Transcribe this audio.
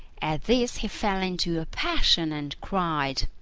at this he fell into a passion and cried,